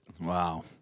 Wow